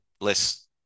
less